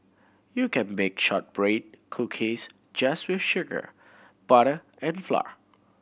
you can bake shortbread cookies just with sugar butter and flour